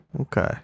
okay